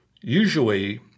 usually